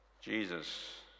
Jesus